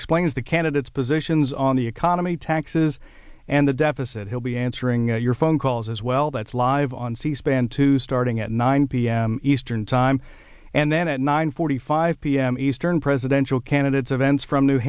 explains the candidates positions on the economy taxes and the deficit he'll be answering your phone calls as well that's live on c span two starting at nine p m eastern time and then at nine forty five p m eastern presidential candidates events from new